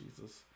Jesus